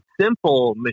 simple